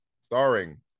starring